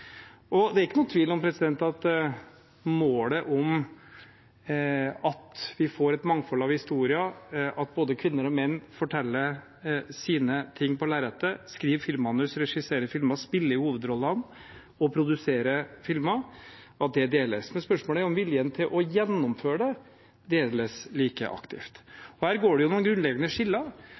til? Det er ikke noen tvil om at målet om at vi får et mangfold av historier, at både kvinner og menn forteller sine ting på lerretet, skriver filmmanus, regisserer filmer, spiller hovedrollene og produserer filmer, deles, men spørsmålet er om viljen til å gjennomføre det deles like aktivt. Her går det noen grunnleggende skiller.